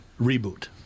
reboot